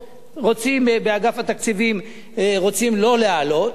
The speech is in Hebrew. באגף התקציבים רוצים לא להעלות,